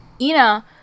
Ina